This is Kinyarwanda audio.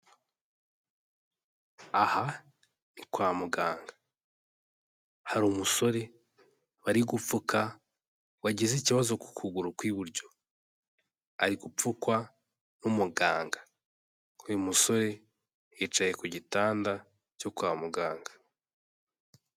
Aha ni kwa muganga, hari umusore bari gupfuka wagize ikibazo ku kuguru kw'iburyo, ari gupfukwa n'umuganga, uyu musore yicaye ku gitanda cyo kwa muganga.